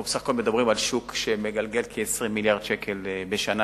אנחנו בסך הכול מדברים על שוק שמגלגל כ-20 מיליארד שקל בשנה,